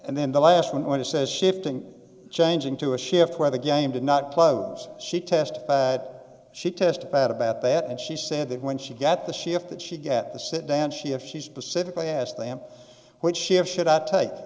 and then the last one went to says shifting changing to a shift where the game did not close she testified she testified about that and she said that when she got the shift that she get the sit down she had she specifically asked them what shift should i take